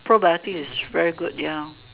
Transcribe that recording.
pro biotic is very good ya